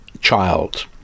child